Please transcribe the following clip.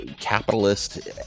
capitalist